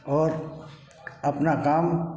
और अपना काम